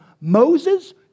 Moses